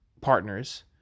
partners